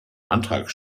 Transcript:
antrag